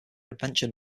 adventure